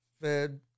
Fed